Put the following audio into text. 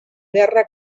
guerra